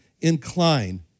incline